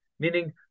Meaning